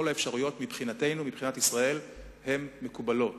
כל האפשרויות מבחינתנו, מבחינת ישראל, מקובלות.